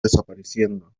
desapareciendo